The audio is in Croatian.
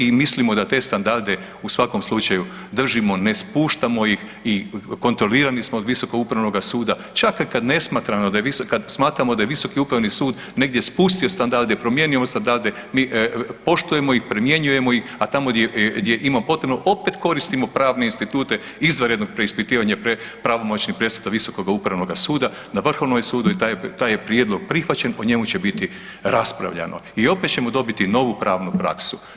I mislim da te standarde u svakom slučaju držimo, ne spuštamo ih i kontrolirani smo od Visokog upravnoga suda, čak kad smatramo da je Visoki upravni sud negdje spustio standarde, promijenio standarde, mi poštujemo i primjenjujemo ih a tamo gdje ima potrebu, opet koristimo pravne institute izvanrednog preispitivanja pravomoćnih presuda Visokog upravnog suda na Vrhovnom sudu i taj je prijedlog prihvaćen o njemu će biti raspravljano i opet ćemo dobiti novu pravnu praksu.